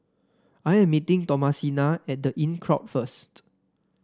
I am meeting Thomasina at The Inncrowd first